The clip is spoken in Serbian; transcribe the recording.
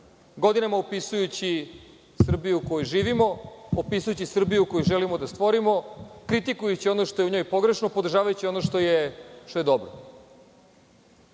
godinama opisujući Srbiju u kojoj živimo, opisujući Srbiju koju želimo da stvorimo, kritikujući ono što je u njoj pogrešno, podržavajući ono što je dobro. Ali